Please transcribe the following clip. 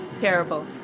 Terrible